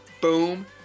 boom